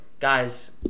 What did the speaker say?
Guys